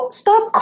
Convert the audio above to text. stop